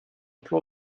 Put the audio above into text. plan